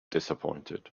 disappointed